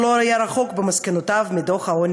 שלא היה רחוק במסקנותיו מדוח העוני